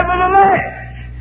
Nevertheless